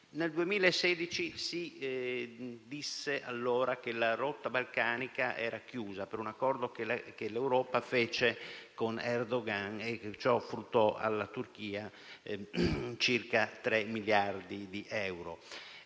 Nel 2016 si disse che la rotta balcanica era chiusa per un accordo che l'Europa fece con Erdogan; ciò fruttò alla Turchia circa 3 miliardi di euro.